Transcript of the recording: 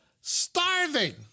starving